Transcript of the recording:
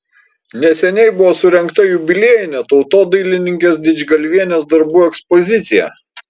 neseniai buvo surengta jubiliejinė tautodailininkės didžgalvienės darbų ekspozicija